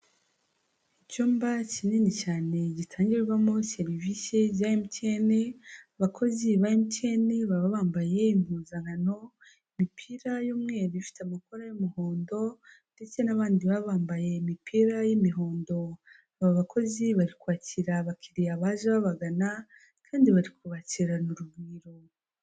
Icyumba kinini cyane gitangirwamo serivisi za emutiyene, abakozi ba emutiyene baba bambaye impuzankano, imipira y'umweru ifite amakora y'umuhondo, ndetse n'abandi baba bambaye imipira y'imihondo, aba bakozi bari kwakira abakiriya baje babagana, kandi bari kubakirana urugwiro.